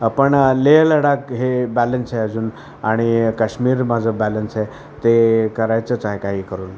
आपण लेह लडाख हे बॅलन्स आहे अजून आणि कश्मीर माझं बॅलेन्स आहे ते करायचंच आहे काही करून